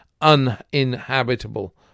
uninhabitable